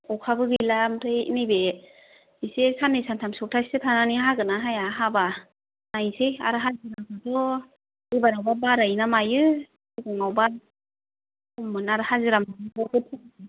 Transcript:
अखाबो गैला ओमफ्राय नैबे एसे साननै सानथाम सफ्थासेसो थानानै हागोन ना हाया हाबा नायनोसै आरो हाजिराफोराथ' इबारावबा बारायो ना मायो सिगाङावबा खममोन आरो हाजिरा मावनाय